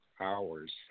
hours